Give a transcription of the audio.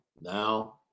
now